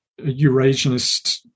Eurasianist